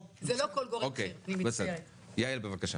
יעל רון בן משה, בבקשה.